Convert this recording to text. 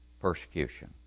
persecution